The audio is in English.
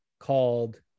called